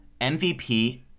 MVP